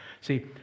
See